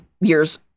years